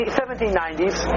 1790s